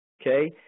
okay